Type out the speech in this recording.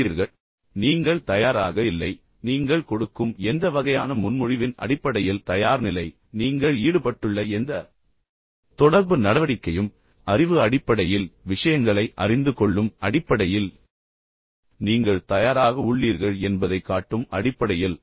எனவே நீங்கள் தயாராக இல்லை நீங்கள் கொடுக்கும் எந்த வகையான முன்மொழிவின் அடிப்படையில் தயார்நிலை நீங்கள் ஈடுபட்டுள்ள எந்த தொடர்பு நடவடிக்கையும் அறிவு அடிப்படையில் விஷயங்களை அறிந்து கொள்ளும் அடிப்படையில் நீங்கள் தயாராக உள்ளீர்கள் என்பதைக் காட்டும் அடிப்படையில்